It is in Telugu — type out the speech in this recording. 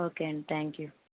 ఓకే అండి త్యాంక్ యూ